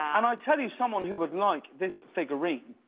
and i'll tell you someone who would like this figurine